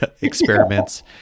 experiments